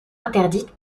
interdite